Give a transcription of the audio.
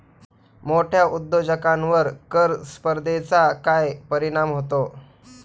मोठ्या उद्योजकांवर कर स्पर्धेचा काय परिणाम होतो?